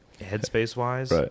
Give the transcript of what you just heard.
headspace-wise